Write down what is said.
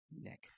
Nick